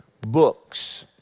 books